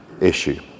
issue